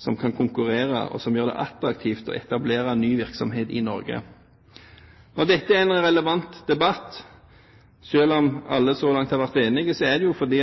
som kan konkurrere, og som gjør det attraktivt å etablere ny virksomhet i Norge. Når dette er en relevant debatt – selv om alle så langt har vært enige – er det jo fordi